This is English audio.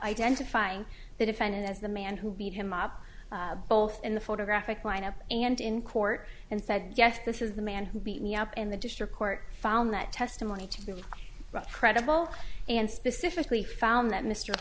identifying the defendant as the man who beat him up both in the photographic lineup and in court and said yes this is the man who beat me up in the district court found that testimony to be credible and specifically found that mr